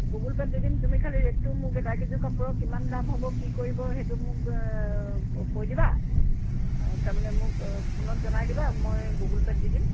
Google পে'ত দি দিম তুমি খালী ৰেটটো মোক এটাই কিযোৰ কাপোৰৰ কিমান দাম হ'ব কি কৰিব সেইটো মোক কৈ দিবা তাৰমানে মোক ফোনত জনাই দিবা মই গুগল পে'ত দি দিম